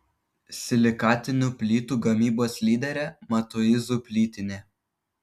silikatinių plytų gamybos lyderė matuizų plytinė